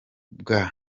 bwa